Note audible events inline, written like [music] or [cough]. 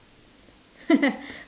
[laughs]